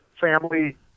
family